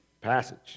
passage